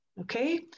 okay